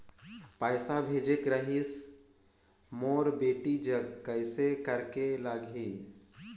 पइसा भेजेक रहिस मोर बेटी जग कइसे करेके लगही?